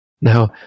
now